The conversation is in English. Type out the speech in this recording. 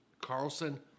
Carlson